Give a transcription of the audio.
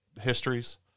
histories